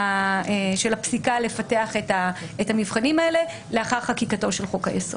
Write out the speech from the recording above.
של הפסיקה לפתח את המבחנים האלה לאחר חקיקתו של חוק היסוד.